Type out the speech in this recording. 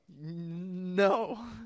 No